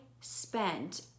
spent